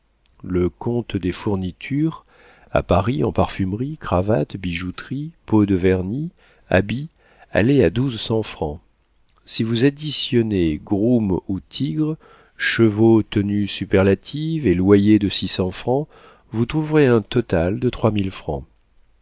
le compte des fournitures à paris en parfumeries cravates bijouterie pots de vernis habits allait à douze cents francs si vous additionnez groom ou tigre chevaux tenue superlative et loyer de six cents francs vous trouverez un total de trois mille francs